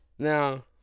Now